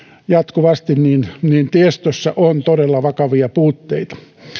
jatkuvasti kertoo siitä että tiestössä on todella vakavia puutteita